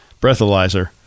breathalyzer